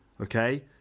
Okay